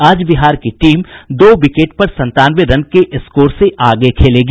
आज बिहार की टीम दो विकेट पर संतानवे रन के स्कोर से आगे खेलेगी